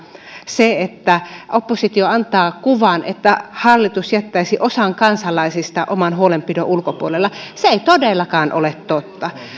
se että oppositio antaa kuvan että hallitus jättäisi osan kansalaisista oman huolenpidon ulkopuolelle se ei todellakaan ole totta